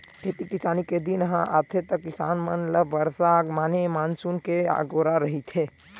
खेती किसानी के दिन ह आथे त किसान मन ल बरसा माने मानसून के अगोरा रहिथे